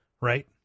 right